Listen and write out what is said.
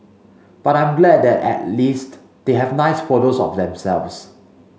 but I'm glad that at least they have nice photos of themselves